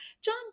John